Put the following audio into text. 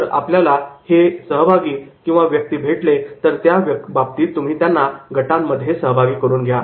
जर आपल्याला असे सहभागी किंवा व्यक्ती भेटले तर त्या बाबतीत तुम्ही त्यांना गटांमध्ये सहभागी करून घ्या